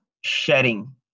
shedding